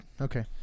Okay